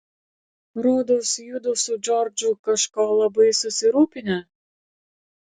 rodos judu su džordžu kažko labai susirūpinę